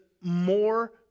more